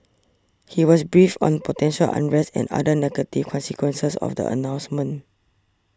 he was briefed on potential unrest and other negative consequences of the announcement